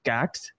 Cats